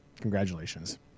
congratulations